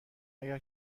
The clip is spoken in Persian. اگر